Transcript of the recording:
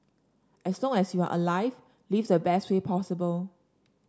as long as you are alive live in the best way possible